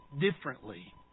differently